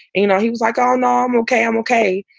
and he was like, oh, no, i'm okay. i'm ok.